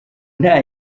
nta